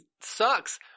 sucks